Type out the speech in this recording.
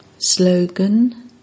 Slogan